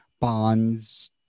bonds